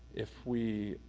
if we